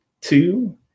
two